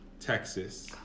Texas